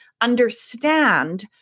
understand